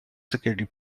security